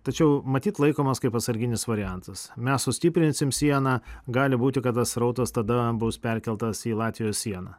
tačiau matyt laikomas kaip atsarginis variantas mes sustiprinsim sieną gali būti kad tas srautas tada bus perkeltas į latvijos sieną